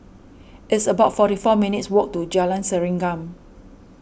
it's about forty four minutes walk to Jalan Serengam